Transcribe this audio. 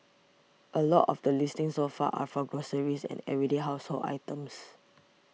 a lot of the listings so far are for groceries and everyday household items